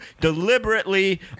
deliberately